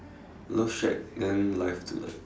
love shack then live tonight